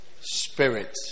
Spirit